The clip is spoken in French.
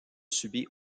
subit